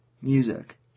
music